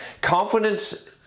Confidence